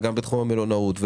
בתחום המלונאות,